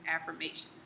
affirmations